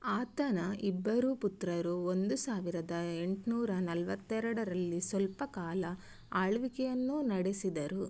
ಆತನ ಇಬ್ಬರು ಪುತ್ರರು ಒಂದು ಸಾವಿರದ ಎಂಟುನೂರ ನಲವತ್ತೆರಡರಲ್ಲಿ ಸ್ವಲ್ಪ ಕಾಲ ಆಳ್ವಿಕೆಯನ್ನು ನಡೆಸಿದರು